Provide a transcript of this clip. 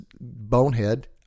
bonehead